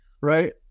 Right